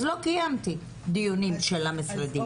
אז לא קיימתי דיונים של המשרדים.